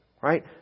Right